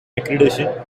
accreditation